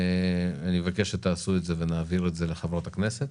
אני מבקש שתעשו את זה ונעביר את זה לחברי הכנסת